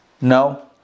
No